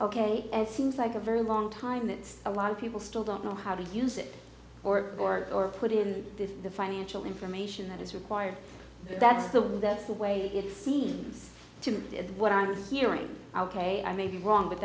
and seems like a very long time that a lot of people still don't know how to use it or or or put in this the financial information that is required that's the that's the way it seems to be what i'm hearing ok i may be wrong but